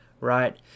Right